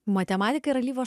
matematika ir alyvos